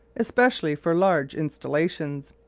especially for large installations.